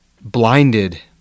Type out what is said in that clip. blinded